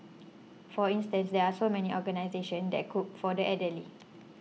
for instance there are so many organisations that cook for the elderly